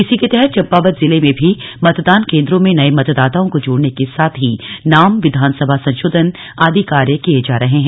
इसी के तहत चम्पावत जिले में भी मतदान केंद्रों में नए मतदाताओं को जोड़ने के साथ ही नाम विधानसभा संशोधन आदि कार्य किये जा रहे है